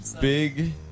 Big